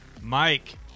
Mike